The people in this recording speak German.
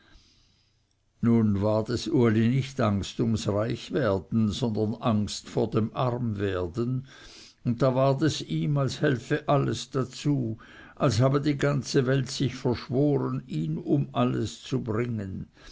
nun ward es uli nicht angst ums reichwerden sondern angst vor dem armwerden und da ward es ihm als helfe alles dazu als habe die ganze welt sich verschworen ihn um alles zu bringen